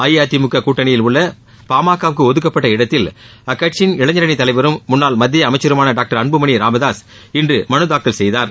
அஇஅதிமுக கூட்டணியில் உள்ள பாமகவுக்கு ஒதுக்கப்பட்ட இடத்தில் அக்கட்சியின் இளைஞரணி தலைவரும் முன்னாள் மத்திய அமைச்சருமான டாக்டர் அன்புமணி ராமதாஸ் இன்று மனுதாக்கல் செய்தார்